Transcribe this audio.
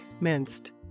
minced